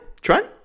Trent